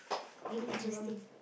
very interesting